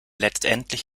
letztendlich